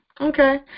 Okay